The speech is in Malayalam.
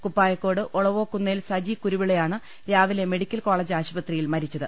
കുപ്പായക്കോട് ഒള വോക്കുന്നേൽ സജി കുരുവിളയാണ് രാവിലെ മെഡിക്കൽ കോളേജ് അശുപത്രിയിൽ മരിച്ചത്